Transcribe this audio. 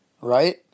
right